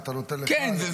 היית נותן --- כן,